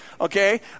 Okay